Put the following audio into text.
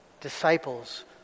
disciples